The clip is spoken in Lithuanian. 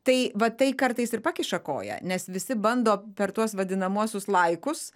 tai va tai kartais ir pakiša koją nes visi bando per tuos vadinamuosius laikus